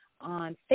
On